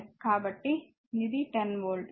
కాబట్టి ఇది 10 వోల్ట్